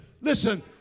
Listen